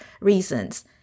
reasons